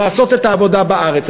לעשות את העבודה בארץ.